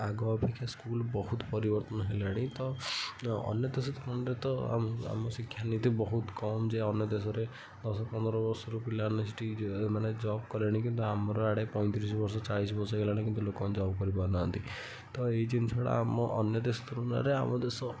ଆଗ ଅପେକ୍ଷା ସ୍କୁଲ୍ ବହୁତ ପରିବର୍ତ୍ତନ ହେଲାଣି ତ ଅନ୍ୟ ଦେଶ ତ ଆମ ଆମ ଶିକ୍ଷା ନୀତି ବହୁତ କମ୍ ଯେ ଅନ୍ୟ ଦେଶରେ ଦଶ ପନ୍ଦର ବର୍ଷ ରୁ ପିଲାମାନେ ସେଇଠି ମାନେ ଜବ୍ କଲେଣି କିନ୍ତୁ ଆମର ଆଡ଼େ ପଇଁତିରିଶି ବର୍ଷ ଚାଲିଶି ବର୍ଷ ହେଲାଣି କିନ୍ତୁ ଲୋକମାନେ ଜବ୍ କରିପାରୁନାହାଁନ୍ତି ତ ଏଇ ଜିନ୍ଷଟା ଆମ ଅନ୍ୟ ଦେଶ ତୁଳନା ରେ ଆମ ଦେଶ